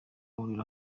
bahurira